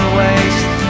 waste